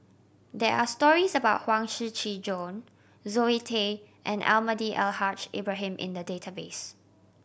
there are stories about Huang Shiqi Joan Zoe Tay and Almahdi Al Haj Ibrahim in the database